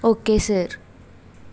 okay sir